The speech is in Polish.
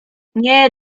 nie